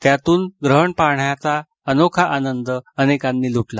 त्यातून ग्रहण पाहण्याचा अनोखा आनंद अनेकांनी लूटला